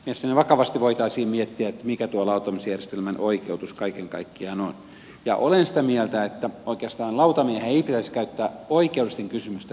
mielestäni vakavasti voitaisiin miettiä mikä tuon lautamiesjärjestelmän oikeutus kaiken kaikkiaan on ja olen sitä mieltä että oikeastaan lautamiehiä ei pitäisi käyttää oikeudellisten kysymysten ratkaisemiseen